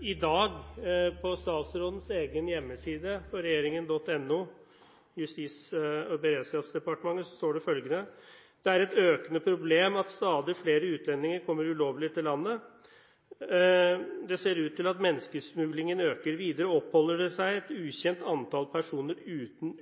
I dag på statsrådens egen hjemmeside på regjeringen.no, Justis- og beredskapsdepartementet, står det følgende: «Det er et økende problem at stadig flere utlendinger kommer ulovlig til landet. Det ser ut til at menneskesmuglingen øker. Videre oppholder det seg et ukjent antall personer uten